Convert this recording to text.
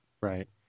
right